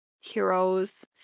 heroes